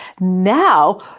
now